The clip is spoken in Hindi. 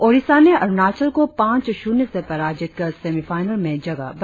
ओड़िसा ने अरुणाचल को पांच शून्य से पराजित कर सेमीफाईनल में जगह बनाई